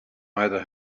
either